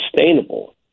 sustainable